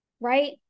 right